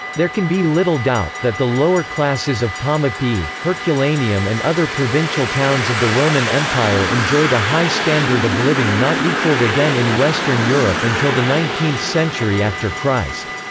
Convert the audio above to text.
there can be little doubt that the lower classes of pomepii, herculaneum and other provincial towns of the roman empire enjoyed a high standard of living not equaled again in western europe until the nineteenth century after christ,